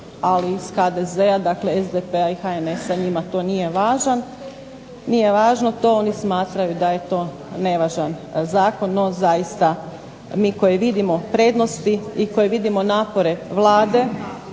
Ali iz HDZ-a, dakle SDP-a i HNS-a njima to nije važno. Oni smatraju da je to nevažan zakon, no zaista mi koji vidimo prednosti i koji vidimo napore Vlade